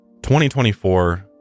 2024